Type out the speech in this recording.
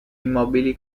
immobili